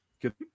Good